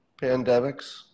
pandemics